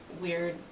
weird